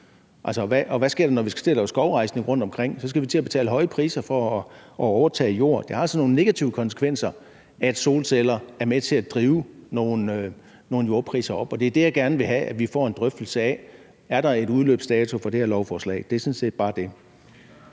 hvad sker der, når vi skal til at lave skovrejsning rundtomkring? Så skal vi til at betale høje priser for at overtage jorden. Det har altså nogle negative konsekvenser, at solceller er med til at drive nogle jordpriser op. Det er det, jeg gerne vil have at vi får en drøftelse af. Er der en udløbsdato for det her lovforslag? Det er sådan set bare det.